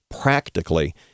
practically